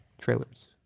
trailers